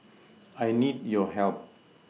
I need your help